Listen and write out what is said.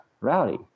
rowdy